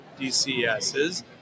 DCSs